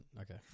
Okay